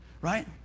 right